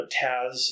Taz